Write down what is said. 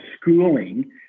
schooling